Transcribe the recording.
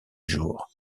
jours